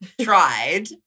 tried